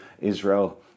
Israel